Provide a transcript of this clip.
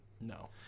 No